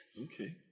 Okay